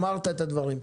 אמרת את הדברים.